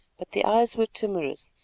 but the eyes were timorous,